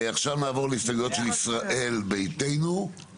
עכשיו נעבור להסתייגויות של ישראל ביתנו,